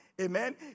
amen